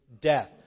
death